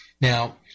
Now